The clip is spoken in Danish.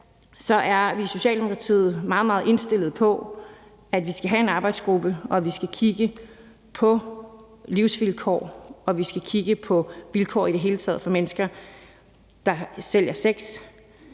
alt er vi i Socialdemokratiet meget, meget indstillet på, at vi skal have en arbejdsgruppe, og at vi skal kigge på livsvilkår, at vi skal kigge på vilkår i det hele taget for mennesker, der sælger sex,